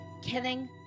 Killing